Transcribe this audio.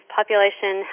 population